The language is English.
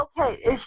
Okay